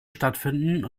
stattfinden